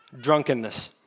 Drunkenness